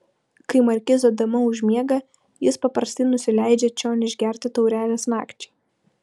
kai markizo dama užmiega jis paprastai nusileidžia čion išgerti taurelės nakčiai